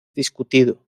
discutido